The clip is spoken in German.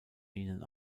ihnen